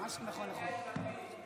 מה שנכון נכון.